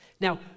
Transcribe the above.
Now